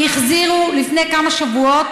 החזירו לפני כמה שבועות,